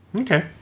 Okay